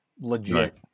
legit